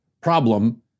problem